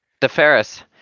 DeFerris